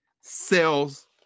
sells